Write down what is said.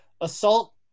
assault